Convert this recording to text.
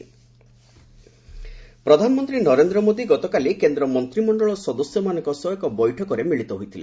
PM council meeting ପ୍ରଧାନମନ୍ତ୍ରୀ ନରେନ୍ଦ୍ର ମୋଦି ଗତକାଲି କେନ୍ଦ୍ର ମନ୍ତ୍ରିମଣ୍ଡଳ ସଦସ୍ୟମାନଙ୍କ ସହ ଏକ ବୈଠକରେ ମିଳିତ ହୋଇଥିଲେ